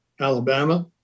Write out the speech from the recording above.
Alabama